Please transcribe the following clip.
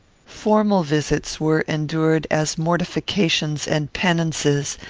formal visits were endured as mortifications and penances,